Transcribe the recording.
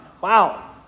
Wow